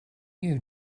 you